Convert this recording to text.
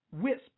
Wisp